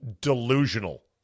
delusional